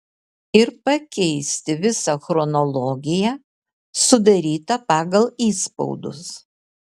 ir pakeisti visą chronologiją sudarytą pagal įspaudus